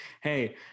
hey